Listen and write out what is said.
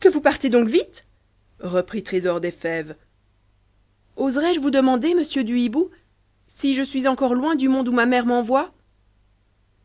que vous partez donc vite reprit trésor des fèves oserais-je vous demander monsieur du hibou si je suis encore loin du monde où ma mère m'envoie